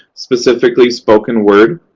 specifically, spoken word.